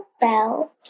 bell